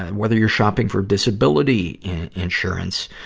and whether your shopping for disability insurance,